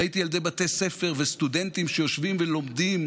ראיתי ילדי בתי ספר וסטודנטים שיושבים ולומדים